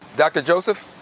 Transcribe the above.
dr. joseph,